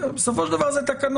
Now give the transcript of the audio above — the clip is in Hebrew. בסופו של דבר זה התקנות,